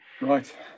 right